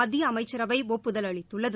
மத்திய அமைச்சரவை ஒப்புதல் அளித்துள்ளது